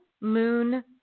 moon